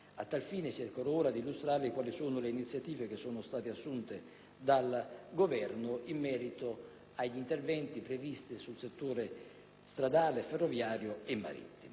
A tal fine, cercherò ora di illustrarvi le iniziative assunte dal Governo in merito agli interventi previsti nel settore stradale, ferroviario e marittimo.